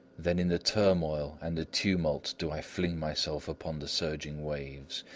then in the turmoil and the tumult do i fling myself upon the surging waves,